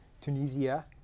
Tunisia